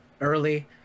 early